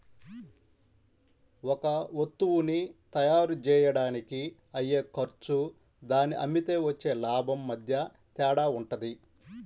ఒక వత్తువుని తయ్యారుజెయ్యడానికి అయ్యే ఖర్చు దాన్ని అమ్మితే వచ్చే లాభం మధ్య తేడా వుంటది